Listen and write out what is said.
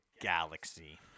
Galaxy